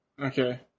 Okay